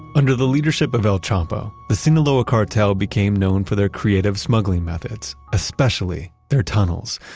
under the leadership of el chapo, the sinaloa cartel became known for their creative smuggling methods, especially their tunnels.